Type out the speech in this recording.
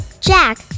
jack